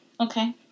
Okay